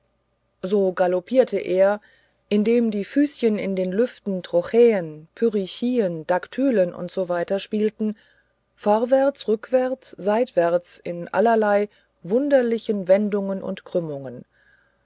so galoppierte er indem die füßchen in den lüften trochäen pyrrhichien daktylen u s w spielten vorwärts rückwärts seitwärts in allerlei wunderlichen wendungen und krümmungen